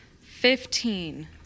Fifteen